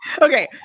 Okay